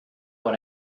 what